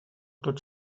tot